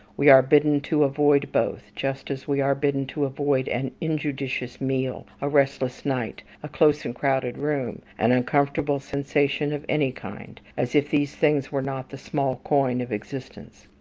we are bidden to avoid both, just as we are bidden to avoid an injudicious meal, a restless night, a close and crowded room, an uncomfortable sensation of any kind as if these things were not the small coin of existence.